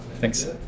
thanks